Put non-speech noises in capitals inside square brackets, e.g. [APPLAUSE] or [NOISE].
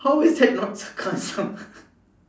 how is that not sarcasm [LAUGHS]